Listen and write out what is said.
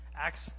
Acts